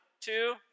two